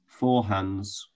forehands